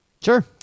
sure